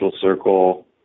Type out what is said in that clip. circle